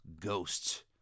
ghosts